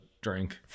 drink